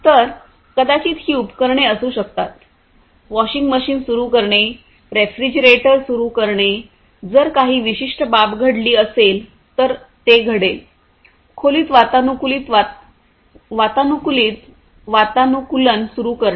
तर कदाचित ही उपकरणे असू शकतात वॉशिंग मशीन सुरू करणे रेफ्रिजरेटर सुरू करणे जर काही विशिष्ट बाब घडली असेल तर ते घडेल खोलीत वातानुकूलित वातानुकूलन सुरू करणे